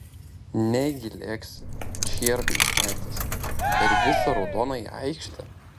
negi lėksi čierką išmetęs per visą raudonąją aikštę